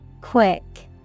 Quick